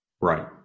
Right